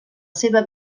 seva